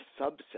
subset